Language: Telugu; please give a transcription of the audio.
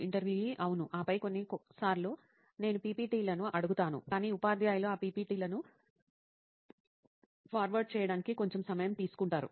ఇంటర్వ్యూఈ అవును ఆపై కొన్నిసార్లు నేను పిపిటిలను అడుగుతాను కాని ఉపాధ్యాయులు ఆ పిపిటిలను ఫార్వార్డ్ చేయడానికి కొంచెం సమయం తీసుకుంటారు